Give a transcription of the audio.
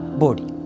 body